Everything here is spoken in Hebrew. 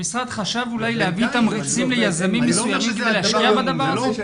המשרד חשב אולי להביא תמריצים ליזמים מסוימים כדי להשקיע בדבר הזה?